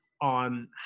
on